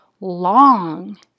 long